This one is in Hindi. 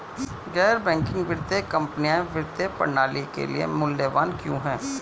गैर बैंकिंग वित्तीय कंपनियाँ वित्तीय प्रणाली के लिए मूल्यवान क्यों हैं?